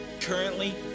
Currently